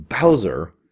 Bowser